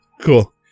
cool